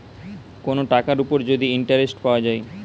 কোন টাকার উপর যদি ইন্টারেস্ট পাওয়া যায়